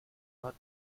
hat